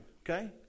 Okay